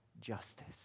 justice